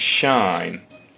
Shine